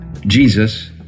Jesus